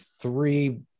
three